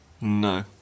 No